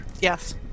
Yes